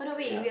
yeah